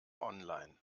online